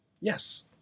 Yes